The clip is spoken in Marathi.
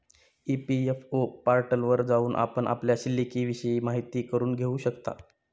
ई.पी.एफ.ओ पोर्टलवर जाऊन आपण आपल्या शिल्लिकविषयी माहिती करून घेऊ शकता